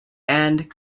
and